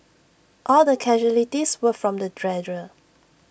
all the casualties were from the dredger